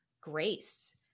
grace